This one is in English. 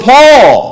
Paul